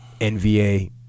NVA